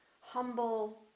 humble